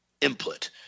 input